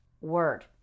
word